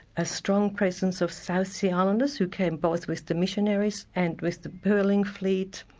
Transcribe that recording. a strong presence of south sea islanders who came both with the missionaries and with the pearling fleet.